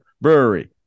Brewery